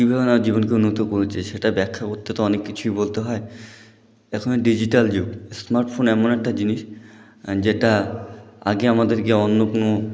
কীভাবে আমার জীবনকে উন্নত করেছে সেটা ব্যাখ্যা করতে তো অনেক কিছুই বলতে হয় এখন ডিজিটাল যুগ এস স্মার্ট ফোন এমন একটা জিনিস যেটা আগে আমাদেরকে অন্য কোনো